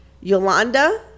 yolanda